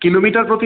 kilometre প্রতি